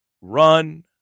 run